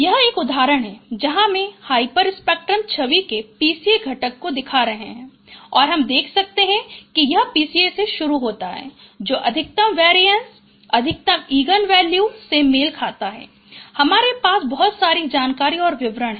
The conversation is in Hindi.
यह एक उदाहरण है जहां मैं एक हाइपरस्पेक्ट्रल छवि के PCA घटक को दिखा रहे हैं और हम देख सकते हैं कि यह PCA से शुरू होता है जो अधिकतम वेरिएन्स अधिकतम इगेन वेल्यू से मेल खाता है हमारे पास बहुत सारी जानकारी और विवरण है